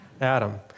Adam